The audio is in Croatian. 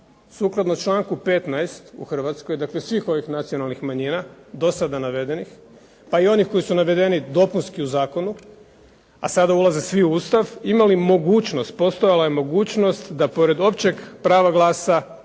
sukladno članku 15. u Hrvatskoj svih ovih nacionalnih manjina dosada navedenih, pa i onih koji su navedeni dopunski u zakonu a sada ulaze svi u Ustav, postojala je mogućnost da pored općeg prava glasa